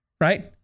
right